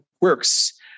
works